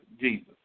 Jesus